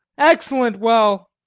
excellent well.